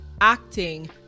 acting